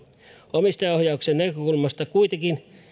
omistajaohjauksen näkökulmasta kuitenkin